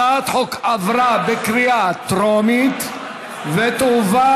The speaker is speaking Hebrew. הצעת החוק עברה בקריאה טרומית ותועבר